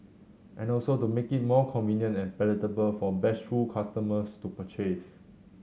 and also to make it more convenient and palatable for bashful customers to purchase